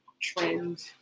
trend